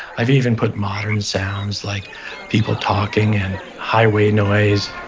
i've even put modern sounds, like people talking and highway noise.